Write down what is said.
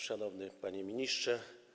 Szanowny Panie Ministrze!